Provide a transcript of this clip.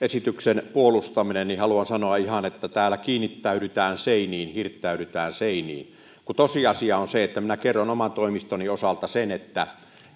esityksen puolustaminen niin haluan sanoa ihan että täällä kiinnittäydytään seiniin hirttäydytään seiniin kun tosiasia on se että minä kerron oman toimistoni osalta sen että